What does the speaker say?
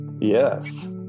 Yes